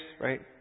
Right